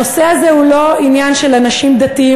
הנושא הזה הוא לא עניין של אנשים דתיים,